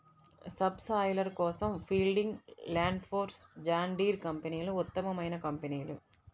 sub soiler కోసం Fieldking, Landforce, John Deere కంపెనీలు ఉత్తమమైన కంపెనీలు